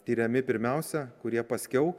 tiriami pirmiausia kurie paskiau